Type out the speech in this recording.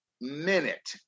minute